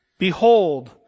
Behold